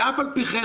ואף על פי כן,